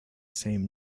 same